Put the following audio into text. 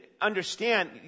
understand